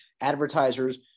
advertisers